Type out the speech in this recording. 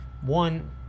one